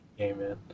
Amen